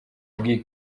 bw’iyi